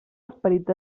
esperit